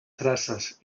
traces